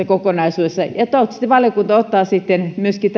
kokonaisuudessa toivottavasti valiokunta ottaa myöskin